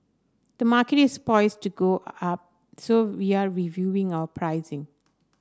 the market is poised to go up so we are reviewing our pricing